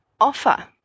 offer